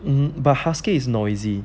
um but husky is noisy